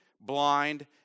blind